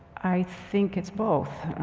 i think it's both.